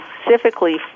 specifically